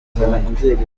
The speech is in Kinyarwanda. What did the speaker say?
umurongo